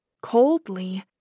coldly